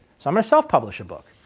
so i myself publish a book,